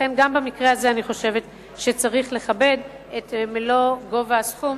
לכן גם במקרה הזה אני חושבת שצריך לכבד את מלוא גובה הסכום